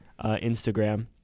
Instagram